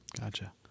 Gotcha